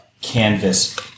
canvas